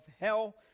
hell